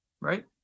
Right